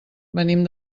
venim